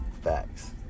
Facts